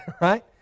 right